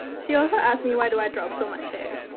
she also asked me why do i drop so much hair?